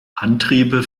antriebe